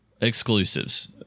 exclusives